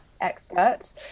expert